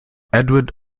edward